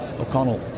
O'Connell